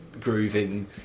grooving